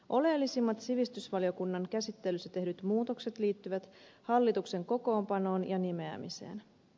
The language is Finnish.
oleellisimmat sivistysvaliokunnan käsittelyssä tehdyt muutokset liittyvät hallituksen kokoonpanoon ja nimeämiseen